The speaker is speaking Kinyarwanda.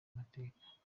amateka